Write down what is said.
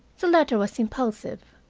the letter was impulsive,